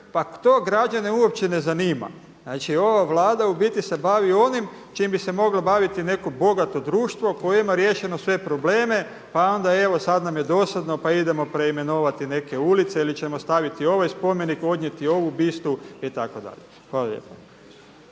Pa to građane uopće ne zanima. Znači, ova Vlada u biti se bavi onim čim bi se moglo baviti neko bogato društvo koje ima riješeno sve probleme, pa onda evo sad nam je dosadno pa idemo preimenovati neke ulice ili ćemo staviti ovaj spomenik, odnijeti ovu bistu itd. Hvala lijepa.